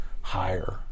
higher